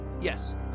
Yes